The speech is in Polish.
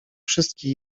wszystkich